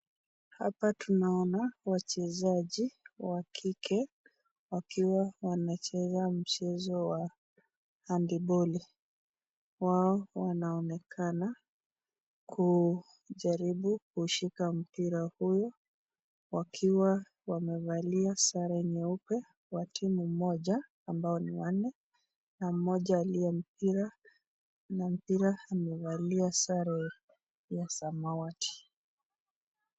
Hapa tunaona wachesaji wa kike wakiwa wanacheza mpira mchezo ya andipoli wao wanaonekana kujaribu kushika mpira huu wakiwa wamefalia sare nyeupebea wa timu moja ambao ni wanne na moja aliye na mpira nampira amefalia sare samawadi.